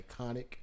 iconic